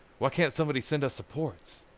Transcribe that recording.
why can't somebody send us supports?